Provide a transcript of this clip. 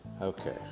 Okay